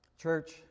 Church